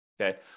Okay